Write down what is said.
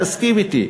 תסכים אתי.